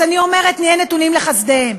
אז אני אומרת: נהיה נתונים לחסדיהם.